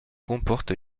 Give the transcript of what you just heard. comporte